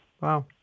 wow